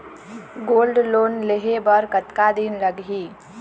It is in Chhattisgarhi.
गोल्ड लोन लेहे बर कतका दिन लगही?